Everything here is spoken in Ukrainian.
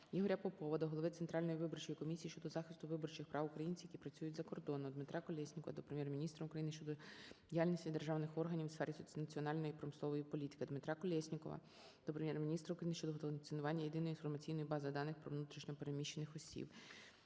Ігоря Попова до Голови Центральної виборчої комісії щодо захисту виборчих прав українців, які працюють за кордоном. Дмитра Колєснікова до Прем'єр-міністра України щодо діяльності державних органів в сфері національної промислової політики. Дмитра Колєснікова до Прем'єр-міністра України щодо функціонування Єдиної інформаційної бази даних про внутрішньо переміщених осіб.